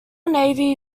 navy